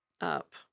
up